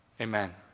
Amen